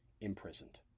imprisoned